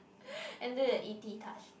and do the e_t touch